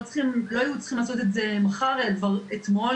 לא היו צריכים לעשות את זה מחר - אלא כבר אתמול,